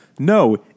No